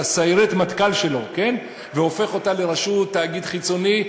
סיירת המטכ"ל שלו והופך אותה לתאגיד חיצוני.